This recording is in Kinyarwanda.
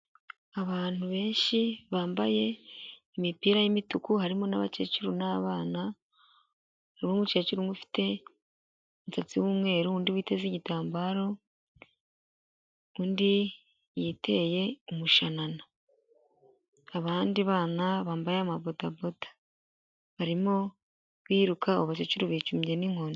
Abantu benshi bambaye imipira y'imituku, harimo n'abakecuru n'abana. Harimo umukecuru umwe ufite umusatsi w'umweru, undi witeze igitambaro, undi yiteye umushanana. Abandi bana bambaye amabodaboda barimo biruka, abo bakecuru bicumbye n'inkoni.